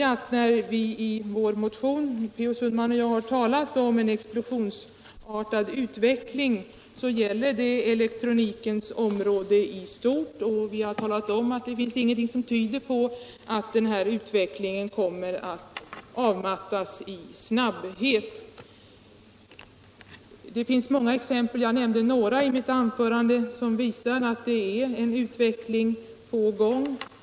När vi i vår motion — herr Sundman och jag — har talat om en explosionsartad utveckling, så gäller det elektronikens område i stort. Vi har talat om att ingenting tyder på att denna utveckling kommer att avmattas i snabbhet. Det finns många exempel — jag nämnde några i mitt anförande - som visar att en utveckling är på gång.